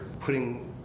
putting